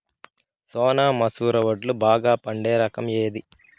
సోనా మసూర వడ్లు బాగా పండే రకం ఏది